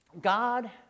God